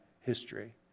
history